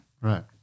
Right